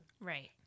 Right